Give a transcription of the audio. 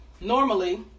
normally